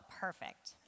Perfect